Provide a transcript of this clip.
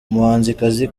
umuhanzikazi